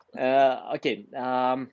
Okay